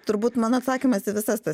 turbūt mano atsakymas į visas tas